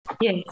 Yes